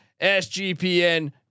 SGPN